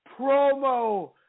promo